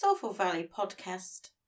soulfulvalleypodcast